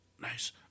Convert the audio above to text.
Nice